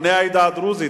בני העדה הדרוזית,